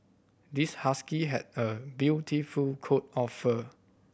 this husky has a beautiful coat of fur